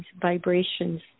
vibrations